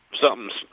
something's